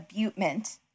abutment